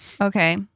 Okay